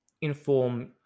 inform